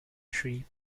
tree